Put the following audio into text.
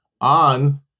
on